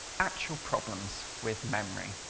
actual problems with memory.